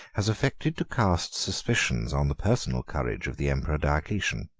has affected to cast suspicions on the personal courage of the emperor diocletian.